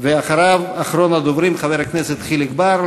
אחריו, אחרון הדוברים, חבר הכנסת חיליק בר.